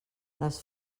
les